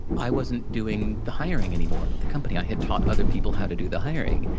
i wasn't doing the hiring anymore. in the company, i had taught other people how to do the hiring.